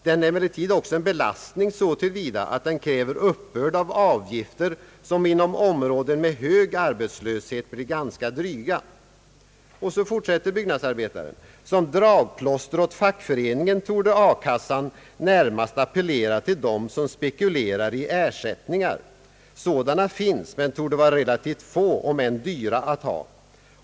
Den är emellertid också en belastning så till vida att den kräver uppbörd av avgifter, som inom områ den med hög arbetslöshet blir ganska dryga. Som dragplåster åt fackföreningen torde a-kassan närmast appellera till dem som spekulerar i ersättningar. Sådana finns men torde vara relativt få om än dyra att ha.